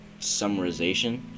summarization